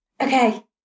Okay